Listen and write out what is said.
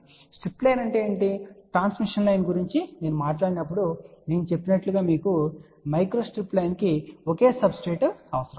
కాబట్టి strip line అంటే ఏమిటి ట్రాన్స్మిషన్ లైన్ గురించి నేను మాట్లాడినప్పుడు నేను చెప్పినట్లుగా మైక్రోస్ట్రిప్ లైన్కు ఒకే సబ్స్ట్రెట్ అవసరం